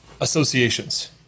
associations